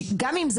גם אם זה